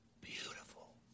Beautiful